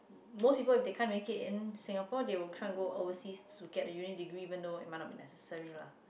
most people if they can't make it in Singapore they will try and go overseas to get a uni degree even though it may not be necessary lah